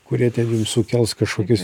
kurie ten jums sukels kažkokius